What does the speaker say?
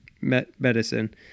medicine